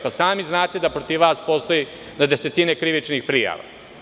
Pa sami znate da protiv vas postoji na desetine krivičnih prijava.